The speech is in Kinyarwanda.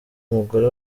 umugore